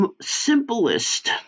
simplest